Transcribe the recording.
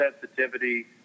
sensitivity